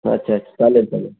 अच्छा चालेल चालेल